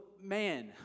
man